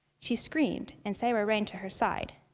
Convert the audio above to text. she screamed and sayra ran to her side.